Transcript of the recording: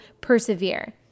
persevere